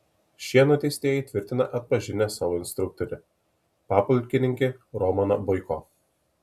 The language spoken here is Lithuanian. šie nuteistieji tvirtina atpažinę savo instruktorių papulkininkį romaną boiko